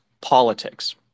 politics